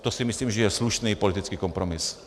To si myslím, že je slušný politický kompromis.